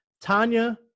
Tanya